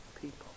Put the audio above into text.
people